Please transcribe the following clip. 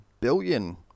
billion